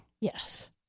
Yes